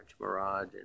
Mirage